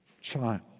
child